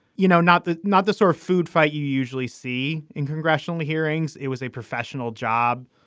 you know not the not the sort of food fight you usually see in congressional hearings. it was a professional job.